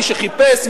מי שחיפש,